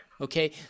Okay